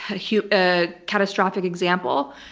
ah huge, ah catastrophic example,